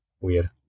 weird